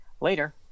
Later